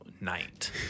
night